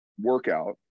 workout